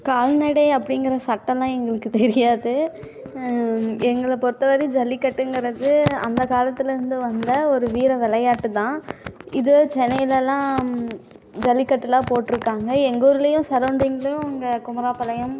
கால்நடை அப்படிங்கிற சட்டம்லாம் எங்களுக்கு தெரியாது எங்களை பொறுத்த வரையும் ஜல்லிக்கட்டுங்கிறது அந்த காலத்தில் இருந்து வந்த ஒரு வீர விளையாட்டு தான் இது சென்னையில் எல்லாம் ஜல்லிக்கட்டுலாம் போட்டுருக்காங்க எங்கள் ஊர்லேயும் சரவுண்டிங்லேயும் அங்கே குமராபாளையம்